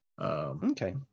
Okay